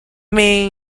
mean